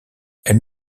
elles